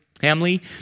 family